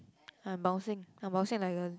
I'm bouncing I'm bouncing like a